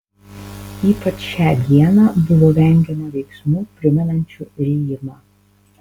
ypač šią dieną buvo vengiama veiksmų primenančių rijimą